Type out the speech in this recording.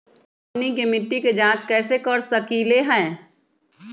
हमनी के मिट्टी के जाँच कैसे कर सकीले है?